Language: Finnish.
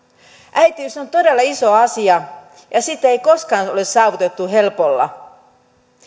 äitiys on todella iso asia ja sitä ei koskaan ole saavutettu helpolla